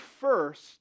first